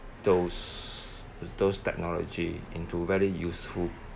those those technology into very useful